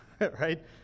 right